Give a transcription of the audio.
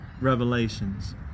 Revelations